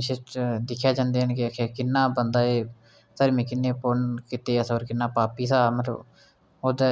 शीशे च दिक्खे जंदे न कि किन्ना बन्दा एह् धर्म किन्ने पुन्न कीते इस किन्ना पापी सा मतलब ओह्दे